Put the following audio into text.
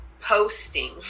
posting